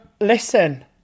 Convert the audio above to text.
Listen